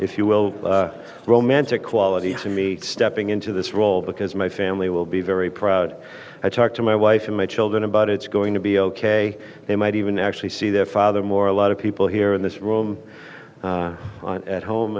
if you will romantic quality to me stepping into this role because my family will be very proud i talk to my wife and my children about it's going to be ok they might even actually see their father more a lot of people here in this room at home